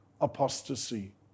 apostasy